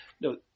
No